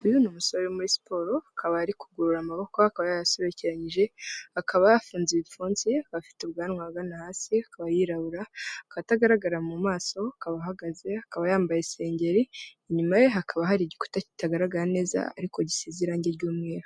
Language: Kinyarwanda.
Uyu ni umusore uri muri siporo, akaba ari kugorora amaboko, akaba yayasobekeyije, akaba yafunze ibipfunsi, akaba afite ubwanwa ahagana hasi, akaba yirabura, akaba atagaragara mu maso, akaba ahagaze, akaba yambaye isengeri, inyuma ye hakaba hari igikuta kitagaragara neza ariko gisize irangi ry'umweru.